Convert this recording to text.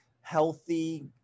healthy